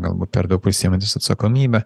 galbūt per daug prisiimantis atsakomybę